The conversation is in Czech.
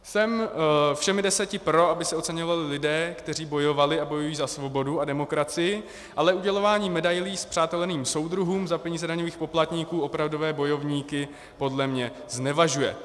Jsem všemi deseti pro, aby se oceňovali lidé, kteří bojovali a bojují za svobodu a demokracii, ale udělování medailí spřáteleným soudruhům za peníze daňových poplatníků opravdové bojovníky podle mě znevažuje.